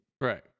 Right